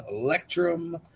Electrum